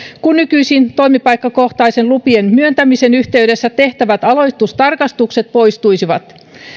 kun nykyisin toimipaikkakohtaisten lupien myöntämisen yhteydessä tehtävät aloitustarkastukset poistuisivat